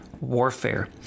warfare